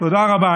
תודה רבה.